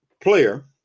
player